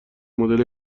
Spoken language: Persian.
مدل